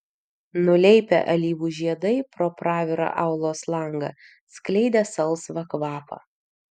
nuleipę alyvų žiedai pro pravirą aulos langą skleidė salsvą kvapą